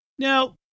Now